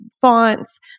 fonts